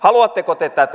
haluatteko te tätä